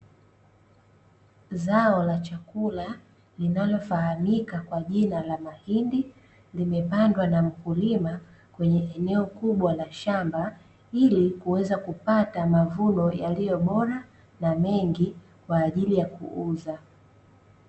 Zao la chakula linalo fahamika kwa jina la mahindi, limepandwa namkulima kwenye eneo kubwa la shamba, ili kuweza kupata mavuno yaliyo bora na mengi kwa ajili ya kuuza.